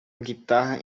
guitarra